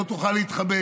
לא תוכל להתחבא,